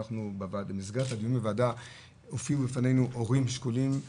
במסגרת הדיונים בוועדה הופיעו בפנינו הורים שכולים,